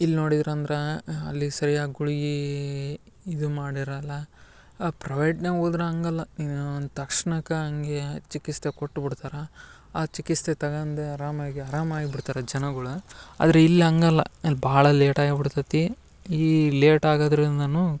ಇಲ್ಲಿ ನೋಡಿದ್ರಂದ್ರ ಅಲ್ಲಿ ಸರಿಯಾಗಿ ಗುಳಿಗೀ ಇದು ಮಾಡಿರಲ್ಲ ಆ ಪ್ರವೇಟ್ನ್ಯಾಗ್ ಹೋದ್ರು ಹಂಗಲ್ಲ ತಕ್ಷಣಕ್ಕ ಹಂಗೇ ಚಿಕಿತ್ಸೆ ಕೊಟ್ಟು ಬಿಡ್ತಾರೆ ಆ ಚಿಕಿತ್ಸೆ ತಗಂದು ಅರಾಮಾಗಿ ಅರಾಮಾಯ್ ಬಿಡ್ತರೆ ಜನಗಳ ಆದರೆ ಇಲ್ಲಿ ಹಂಗಲ್ಲ ಇಲ್ಲಿ ಭಾಳ ಲೇಟ್ ಆಯೆ ಬಿಡ್ತತ್ತಿ ಈ ಲೇಟ್ ಆಗದ್ದರಿಂದನೂ